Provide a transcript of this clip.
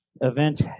event